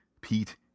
Pete